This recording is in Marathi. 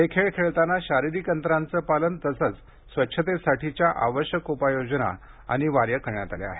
हे खेळ खेळताना शारीरिक अंतराचं पालन तसंच स्वच्छतेसाठीच्या आवश्यक उपाययोजना अनिवार्य करण्यात आल्या आहेत